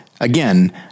again